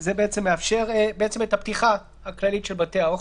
זה מאפשר בעצם את הפתיחה הכללית של בתי האוכל,